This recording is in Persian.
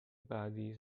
بعدی